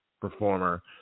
performer